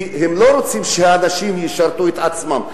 כי הם לא רוצים שהאנשים ישרתו את עצמם.